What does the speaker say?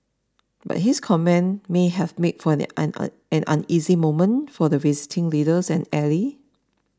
but his comments may have made for an on an uneasy moment for the visiting leader and ally